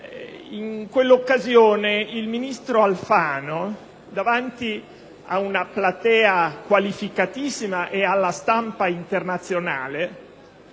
In quell'occasione il ministro Alfano, davanti a una platea qualificatissima e alla stampa internazionale,